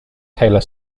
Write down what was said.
taylor